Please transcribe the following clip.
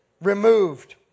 removed